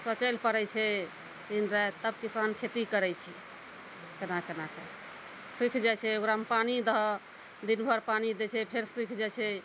सोचय लए पड़ै छै दिन राति तब किसान खेती करै छी केना केना कऽ सूइशखि जाइ छै ओकरामे पानि दह दिन भर पानि दै छै फेर सूखि जाइ छै